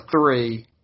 three